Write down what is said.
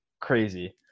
crazy